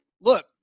look